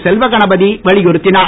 செல்வகணபதி வலியுறுத்தினார்